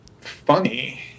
funny